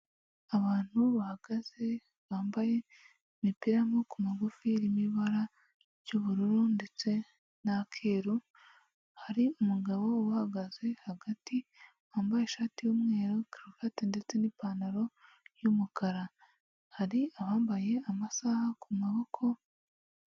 Abantu bahagaze bambaye imipira y'amaboko magufi irimo ibara ry'ubururu ndetse na keru hari umugabo uhagaze hagati wambaye ishati y'umweru karuvate ndetse n'ipantaro y'umukara hari abambaye amasaha ku maboko.